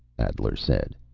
adler said.